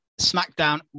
SmackDown